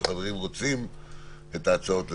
והחברים רוצים את ההצעות לסדר,